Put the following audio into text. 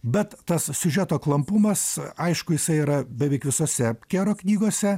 bet tas siužeto klampumas aišku jisai yra beveik visose kero knygose